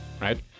right